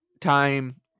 time